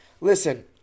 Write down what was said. Listen